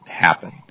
happen